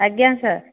ଆଜ୍ଞା ସାର୍